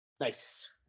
nice